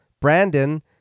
Brandon